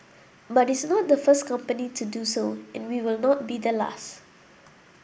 but it's not the first company to do so and will not be the last